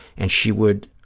and she would